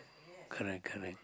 correct correct